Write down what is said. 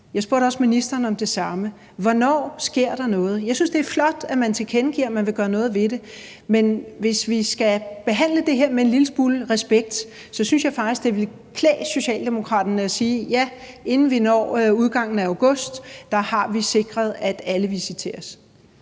jeg spurgte også ministeren om det samme: Hvornår sker der noget? Jeg synes, det er flot, at man tilkendegiver, at man vil gøre noget ved det. Men hvis vi skal behandle det her med en lille smule respekt, synes jeg faktisk, det ville klæde Socialdemokraterne at sige: Ja, inden vi når udgangen af august, har vi sikret, at alle visiteres.